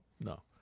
No